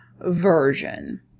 version